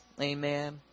Amen